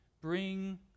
bring